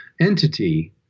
entity